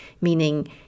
meaning